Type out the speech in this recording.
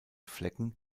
flecken